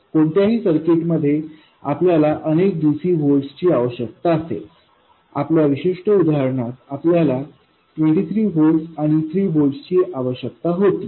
कोणत्याही सर्किटमध्ये आपल्याला अनेक dc व्होल्टेजची आवश्यकता असेल आपल्या विशिष्ट उदाहरणात आपल्याला 23 व्होल्ट आणि 3 व्होल्टची आवश्यकता होती